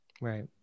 Right